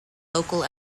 local